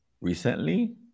recently